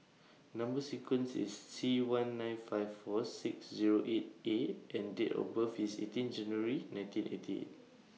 Number sequence IS T one nine five four six Zero eight A and Date of birth IS eighteen January nineteen ninety eight